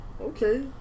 Okay